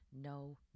no